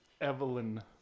Evelyn